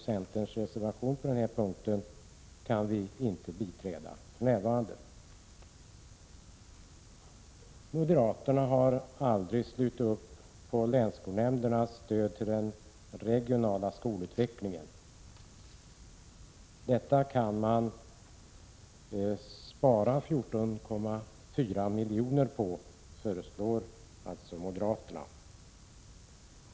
Centerns reservation på den här punkten kan vi alltså inte biträda för närvarande. Moderaterna har aldrig slutit upp kring länsskolnämndernas stöd till den regionala skolutvecklingen. Där kan man spara 14,4 milj.kr., föreslår moderaterna.